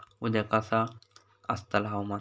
उद्या कसा आसतला हवामान?